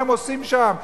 מה הם עושים שם,